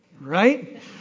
right